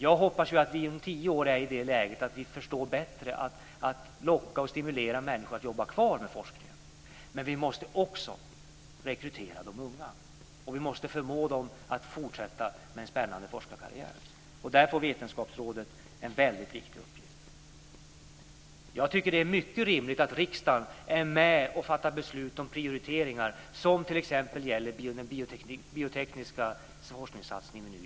Jag hoppas att vi om tio år är i det läget att vi bättre förstår att locka och stimulera människor att jobba kvar med forskningen. Men vi måste också rekrytera de unga och förmå dem att fortsätta den spännande forskarkarriären. Där får Vetenskapsrådet en väldigt viktig uppgift. Det är mycket rimligt att riksdagen är med och fattar beslut om prioriteringar, som t.ex. den biotekniska forskningssatsning vi nu gör.